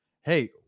hey